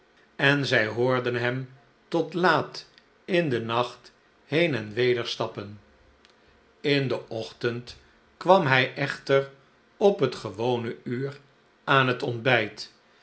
en zij hoorden hem tot laat in den nacht heen en weder stappen in den ochtend kwam hij echter op het gewone uur aan het ontbijt